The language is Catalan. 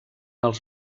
els